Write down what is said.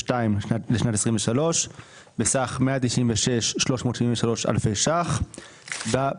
לשנת 2023 בסך 650 מיליון שקלים ו-44 אלף,